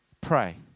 Pray